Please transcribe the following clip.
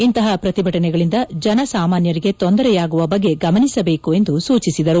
ಇಂತಹ ಪ್ರತಿಭಟನೆಗಳಿಂದ ಜನಸಾಮಾನ್ಯರಿಗೆ ತೊಂದರೆಯಾಗುವ ಬಗ್ಗೆ ಗಮನಿಸಬೇಕು ಎಂದು ಸೂಚಿಸಿದರು